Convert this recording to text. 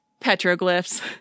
petroglyphs